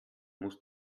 muss